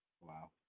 Wow